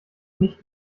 nicht